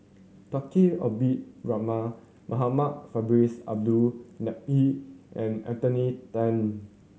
Tunku Abdul Rahman Muhamad Faisal Bin Abdul Manap and Anthony Then